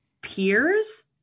peers